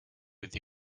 with